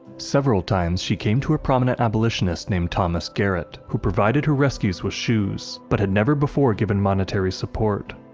several times she came to a prominent abolitionist named thomas garrett who provided her rescues with shoes, but had never before given monetary support.